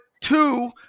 two